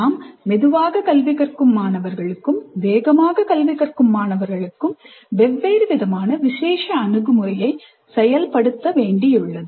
நாம் மெதுவாக கல்வி கற்கும் மாணவர்களுக்கும் வேகமாக கல்வி கற்கும் மாணவர்களுக்கும் வெவ்வேறு விதமான விசேஷ அணுகுமுறையை செயல்படுத்த வேண்டியுள்ளது